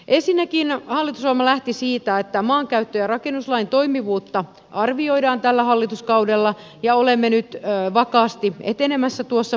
ensinnäkin hallitusohjelma lähti siitä että maankäyttö ja rakennuslain toimivuutta arvioidaan tällä hallituskaudella ja olemme nyt vakaasti etenemässä tuossa projektissa